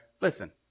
listen